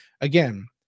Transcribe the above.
again